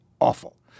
awful